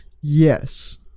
Yes